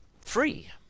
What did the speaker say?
free